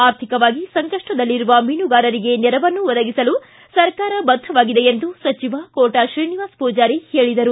ಆರ್ಥಿಕವಾಗಿ ಸಂಕಷ್ಷದಲ್ಲಿರುವ ಮೀನುಗಾರರಿಗೆ ನೆರವನ್ನು ಒದಗಿಸಲು ಸರ್ಕಾರ ಬದ್ದವಾಗಿದೆ ಎಂದು ಸಚಿವ ಕೋಟ ಶ್ರೀನಿವಾಸ ಪೂಜಾರಿ ಹೇಳಿದರು